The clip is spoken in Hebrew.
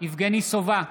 יבגני סובה,